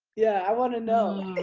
yeah. i want to know.